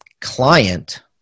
client